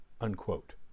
unquote